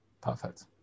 perfect